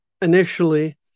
initially